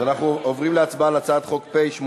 אז אנחנו עוברים להצבעה על הצעת חוק פ/83,